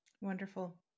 Wonderful